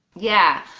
yeah,